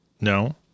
no